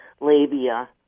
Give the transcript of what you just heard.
labia